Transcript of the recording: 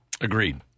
Agreed